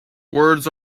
words